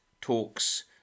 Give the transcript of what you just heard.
talks